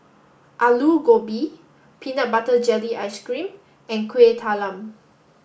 Aloo Gobi Peanut Butter Jelly Ice Cream and Kueh Talam